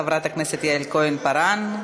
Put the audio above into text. חברי הכנסת יעל כהן פארן,